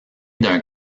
d’un